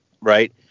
right